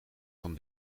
van